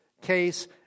case